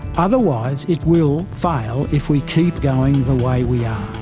otherwise it will fail if we keep going the way we are.